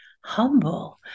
humble